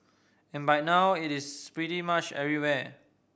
and by now it is pretty much everywhere